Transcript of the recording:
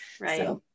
Right